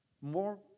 more